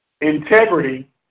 Integrity